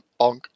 bonk